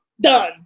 done